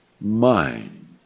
mind